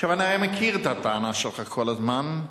אני מכיר את הטענה שלך כל הזמן,